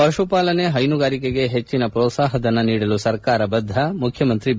ಪಕುಪಾಲನೆ ಹೈನುಗಾರಿಕೆಗೆ ಹೆಚ್ಚಿನ ಪ್ರೊತ್ಸಾಹ ಧನ ನೀಡಲು ಸರ್ಕಾರ ಬದ್ಧ ಮುಖ್ಯಮಂತ್ರಿ ಬಿ